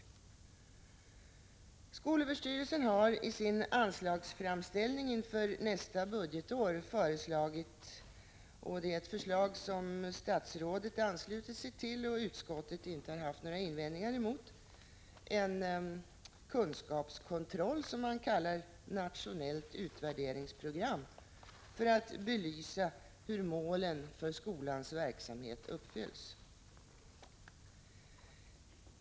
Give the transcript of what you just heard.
3 Skolöverstyrelsen har i sin anslagsframställning inför nästa budgetår föreslagit — och det är ett förslag som statsrådet anslutit sig till och utskottet inte haft några invändningar mot — en kunskapskontroll, som man kallar nationellt utvärderingsprogram, för att belysa hur målen för skolans verksamhet uppfylls.